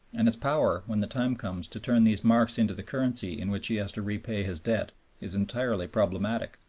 and his power, when the time comes, to turn these marks into the currency in which he has to repay his debt is entirely problematic.